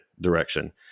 direction